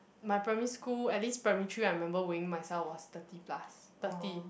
my primary school at least primary three I remember weighing myself was thirty plus thirty